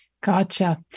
Gotcha